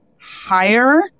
higher